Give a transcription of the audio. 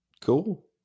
Cool